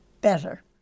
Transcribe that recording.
better